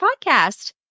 Podcast